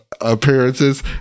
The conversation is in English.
appearances